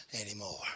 anymore